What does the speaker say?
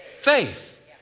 faith